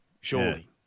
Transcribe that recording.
Surely